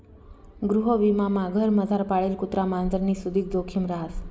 गृहविमामा घरमझार पाळेल कुत्रा मांजरनी सुदीक जोखिम रहास